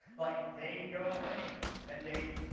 like they go away and they